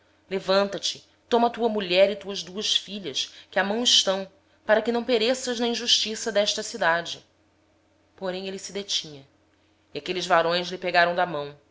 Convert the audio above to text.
levanta-te toma tua mulher e tuas duas filhas que aqui estão para que não pereças no castigo da cidade ele porém se demorava pelo que os homens pegaram lhe pela mão